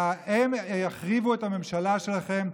הם יחריבו את הממשלה שלכם,